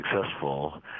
successful